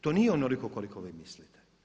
To nije onoliko koliko vi mislite.